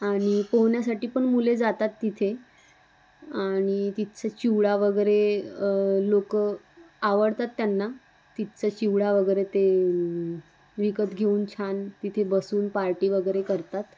आणि पोहण्यासाठी पण मुले जातात तिथे आणि तिथचं चिवडा वगैरे लोक आवडतात त्यांना तिथचं चिवडा वगैरे ते विकत घेऊन छान तिथे बसून पार्टी वगैरे करतात